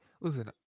listen